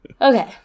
okay